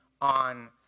on